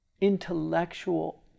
intellectual